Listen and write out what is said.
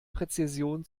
präzision